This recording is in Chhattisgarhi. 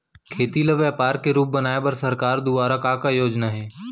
खेती ल व्यापार के रूप बनाये बर सरकार दुवारा का का योजना हे?